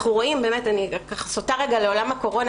אנחנו רואים באמת אני סוטה רגע לעולם הקורונה